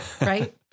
Right